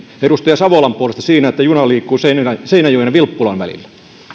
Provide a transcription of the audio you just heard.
edustaja savolan puolesta siitä että juna liikkuu seinäjoen ja vilppulan välillä